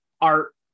art